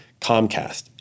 Comcast